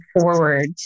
forward